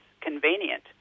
convenient